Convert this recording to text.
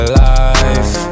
life